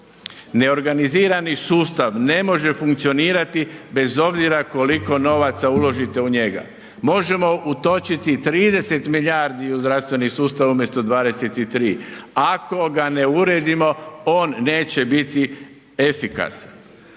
Neorganizirani sustav ne može funkcionirati bez obzira koliko novaca uložite u njega. Možemo utočiti 30 milijardi u zdravstveni sustav umjesto 23, ako ga ne uredimo on neće biti efikasan.